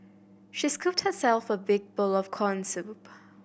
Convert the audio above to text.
she scooped herself a big bowl of corn soup